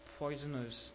poisonous